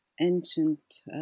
ancient